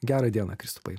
gerą dieną kristupai